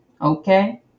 Okay